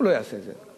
הוא לא יעשה את זה.